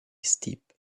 steep